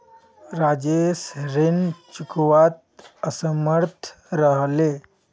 राजेश ऋण चुकव्वात असमर्थ रह ले